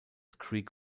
creek